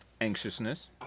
Anxiousness